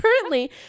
currently